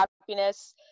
happiness